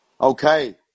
Okay